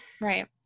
right